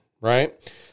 right